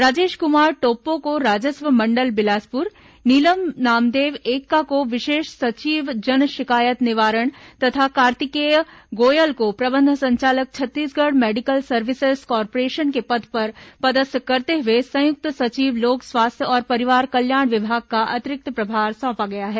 राजेश कुमार टोप्पो को राजस्व मंडल बिलासपुर नीलम नामदेव एक्का को विशेष सचिव जन शिकायत निवारण तथा कार्तिकेय गोयल को प्रबंध संचालक छत्तीसगढ़ मेडिकल सर्विसेस कारपोरेशन के पद पर पदस्थ करते हुए संयुक्त सचिव लोक स्वास्थ्य और परिवार कल्याण विभाग का अतिरिक्त प्रभार सौंपा गया है